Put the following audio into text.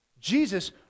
Jesus